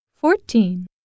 Fourteen